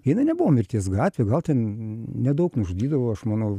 jinai nebuvo mirties gatvė gal ten nedaug nužudydavo aš manau